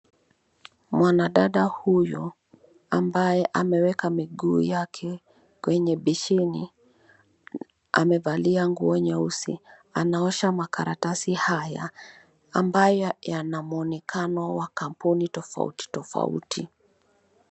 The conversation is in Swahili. Mwanadada huyu ambaye ameweka miguu yake kwenye besheni amevalia nguo nyeusi. Anaosha makaratasi haya ambayo yanamwonekano wa kampuni tofauti tofauti.